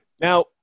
Now